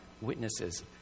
witnesses